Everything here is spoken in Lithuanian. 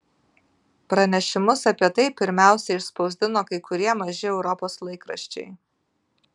pranešimus apie tai pirmiausia išspausdino kai kurie maži europos laikraščiai